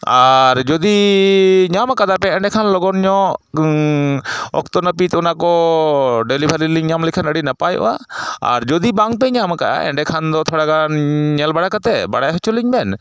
ᱟᱨ ᱡᱩᱫᱤ ᱧᱟᱢ ᱠᱟᱫᱟ ᱵᱮᱱ ᱛᱟᱦᱚᱞᱮ ᱠᱷᱟᱱ ᱞᱚᱜᱚᱱ ᱧᱚᱜ ᱚᱠᱛᱚ ᱱᱟᱹᱯᱤᱛ ᱚᱱᱟᱠᱚ ᱰᱮᱞᱤᱵᱷᱟᱨᱤ ᱞᱤᱧ ᱧᱟᱢ ᱞᱮᱠᱷᱟᱱ ᱟᱹᱰᱤ ᱱᱟᱯᱟᱭᱚᱜᱼᱟ ᱟᱨ ᱡᱩᱫᱤ ᱵᱟᱝᱯᱮ ᱧᱟᱢ ᱟᱠᱟᱫᱼᱟ ᱮᱸᱰᱮᱠᱷᱟᱱ ᱫᱚ ᱛᱷᱚᱲᱟ ᱜᱟᱱ ᱧᱮᱞ ᱵᱟᱲᱟ ᱠᱟᱛᱮᱫ ᱵᱟᱲᱟᱭ ᱦᱚᱪᱚ ᱞᱤᱧ ᱵᱮᱱ